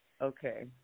okay